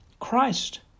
Christ